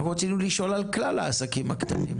אנחנו רוצים לשאול על כלל העסקים הקטנים.